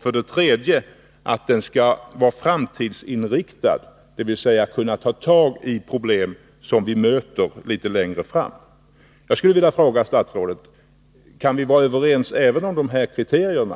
För det tredje: Den skall vara framtidsinriktad, dvs. kunna ta tagi problem som vi möter litet längre fram. Jag vill fråga statsrådet: Kan vi vara överens även om dessa kriterier?